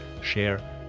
share